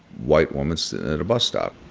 white woman sitting at a bus stop,